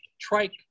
trike